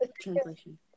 translation